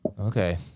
Okay